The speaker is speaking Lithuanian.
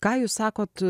ką jūs sakot